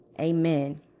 amen